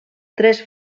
tres